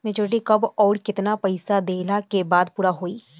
Maturity कब आउर केतना पईसा देहला के बाद पूरा होई?